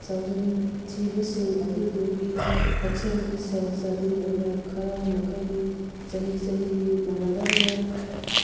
ꯆꯥꯎꯖꯟ ꯊꯤꯕꯁꯤꯡ ꯑꯗꯨꯗꯤꯒꯤ ꯍꯛꯁꯦꯜꯒꯤ ꯁꯦꯜ ꯆꯥꯗꯤꯡ ꯑꯣꯏꯅ ꯈꯔ ꯃꯈꯩꯗꯤ ꯆꯍꯤ ꯆꯍꯤꯒꯤ ꯃꯥꯟꯅꯗꯕꯅ